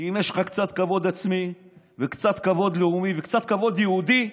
אם יש לך קצת כבוד עצמי וקצת כבוד לאומי וקצת כבוד יהודי,